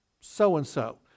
So-and-so